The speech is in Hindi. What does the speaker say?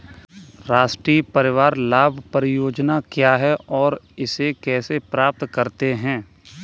राष्ट्रीय परिवार लाभ परियोजना क्या है और इसे कैसे प्राप्त करते हैं?